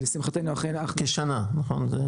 כשנה נכון?